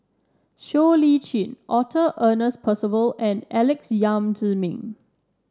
Siow Lee Chin Arthur Ernest Percival and Alex Yam Ziming